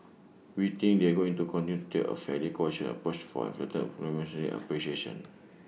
we think they're going to continue to take A fairly cautious approach for and flatten monetary appreciation